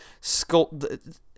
sculpt